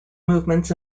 movements